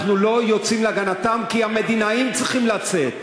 אנחנו לא יוצאים להגנתם, כי המדינאים צריכים לצאת,